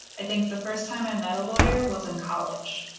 i think the first time i met a lawyer was in college.